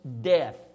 death